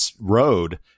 road